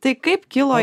tai kaip kilo